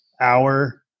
hour